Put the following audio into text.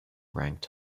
ranked